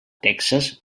texas